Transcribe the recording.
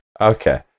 Okay